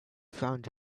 found